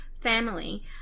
family